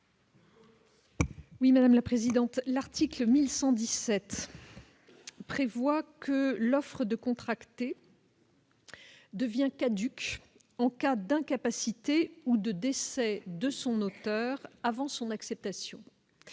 Oui, madame la présidente, l'article 1117 prévoit que l'offre de contracter. Devient caduc en cas d'incapacité ou de décès de son auteur, avant son acceptation